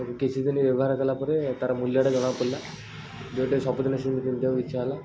ତାକୁ କିଛିଦିନ ବ୍ୟବହାର କରିଲା ପରେ ତା'ର ମୂଲ୍ୟଟା ଜଣାପଡ଼ିଲା ଯେଉଁଟାକି ସବୁଦିନେ ସେ ପିନ୍ଧିବାକୁ ଇଚ୍ଛା ହେଲା